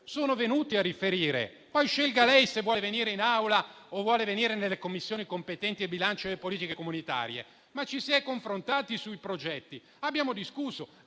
sono venuti a riferire; poi scelga lei se vuole venire in Aula o nelle Commissioni competenti, bilancio e politiche comunitarie, ma ci si è confrontati sui progetti. Abbiamo discusso,